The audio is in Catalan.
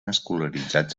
escolaritzats